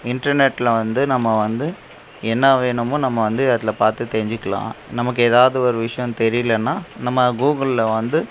இன்டர்நெட்டில் வந்து நம்ம வந்து என்ன வேணுமோ நம்ம வந்து அதில் பார்த்து தெரிஞ்சிக்கலாம் நமக்கு எதாவது ஒரு விஷயம் தெரிலைன்னா நம்ம கூகுளில் வந்து